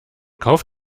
kauf